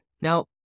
Now